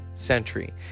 century